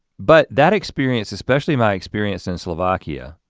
but that experience, especially my experience in slovakia,